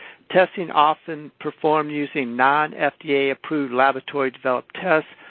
testing often performed using non-fda-approved laboratory developed tests,